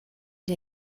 der